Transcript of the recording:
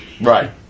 Right